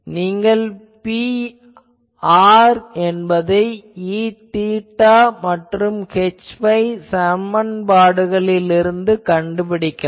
நீங்கள் Pr என்பதை Eθ மற்றும் Hϕ சமன்பாடுகளில் இருந்து கண்டுபிடிக்கலாம்